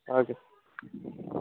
okay